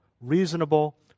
reasonable